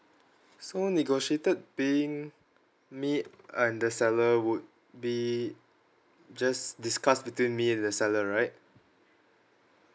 so negotiated being made and the seller would be just discuss between me and the seller right